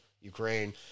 Ukraine